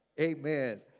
Amen